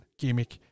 gimmick